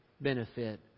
benefit